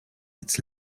its